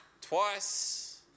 twice